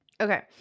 Okay